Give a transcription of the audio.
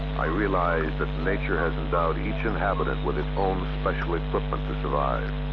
i realized that nature has endowed each inhabitant with its own special equipment to survive.